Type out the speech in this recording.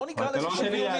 בוא נקרא לזה שוויוני,